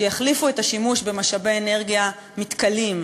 שיחליפו את השימוש במשאבי אנרגיה מתכלים,